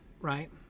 right